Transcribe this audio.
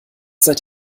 seid